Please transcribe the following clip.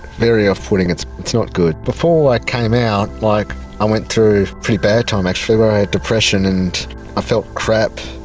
very off-putting, it's it's not good. before i came out like i went through a pretty bad time actually where i had depression and i felt crap,